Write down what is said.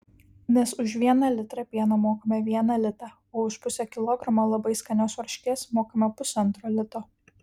nes už vieną litrą pieno mokame vieną litą o už pusę kilogramo labai skanios varškės mokame pusantro lito